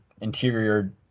interior